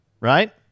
right